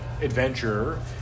adventurer